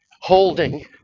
holding